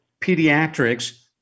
pediatrics